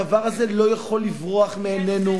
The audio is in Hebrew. הדבר הזה לא יכול לברוח מעינינו,